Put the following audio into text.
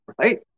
Right